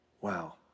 Wow